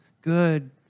good